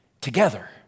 together